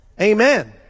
Amen